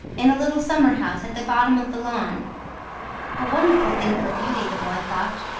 in a little summer-house at the bottom of the lawn a wonderful thing for beauty, the boy thought,